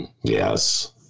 Yes